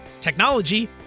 technology